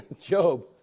Job